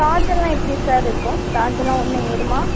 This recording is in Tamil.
சார்ஜெல்லாம் எப்படி சார் இருக்கும் சார்ஜெலாம் உடனே ஏறுமா